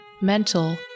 mental